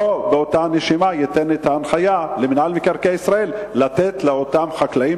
לא ייתן באותה נשימה למינהל מקרקעי ישראל את ההנחיה לתת לאותם חקלאים,